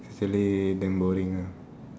is really damn boring ah